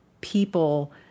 people